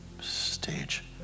stage